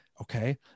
okay